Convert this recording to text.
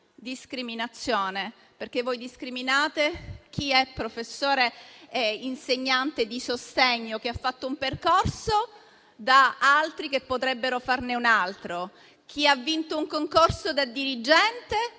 discriminazione, perché voi discriminate chi è professore e insegnante di sostegno che ha fatto un percorso da altri che potrebbero farne un altro; chi ha vinto un concorso da dirigente